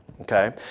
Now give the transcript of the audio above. Okay